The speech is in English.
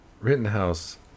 Rittenhouse